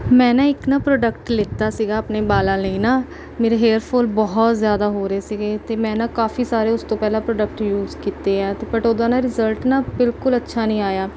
ਮੈਂ ਨਾ ਇੱਕ ਨਾ ਪ੍ਰੋਡਕਟ ਲੀਤਾ ਸੀਗਾ ਆਪਣੇ ਬਾਲਾਂ ਲਈ ਨਾ ਮੇਰੇ ਹੇਅਰਫੋਲ ਬਹੁਤ ਜ਼ਿਆਦਾ ਹੋ ਰਹੇ ਸੀਗੇ ਅਤੇ ਮੈਂ ਨਾ ਕਾਫੀ ਸਾਰੇ ਉਸ ਤੋਂ ਪਹਿਲਾਂ ਪ੍ਰੋਡਕਟ ਯੂਜ਼ ਕੀਤੇ ਹੈ ਅਤੇ ਬਟ ਉਹਦਾ ਨਾ ਰਿਜ਼ਲਟ ਨਾ ਬਿਲਕੁਲ ਅੱਛਾ ਨਹੀਂ ਆਇਆ